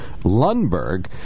Lundberg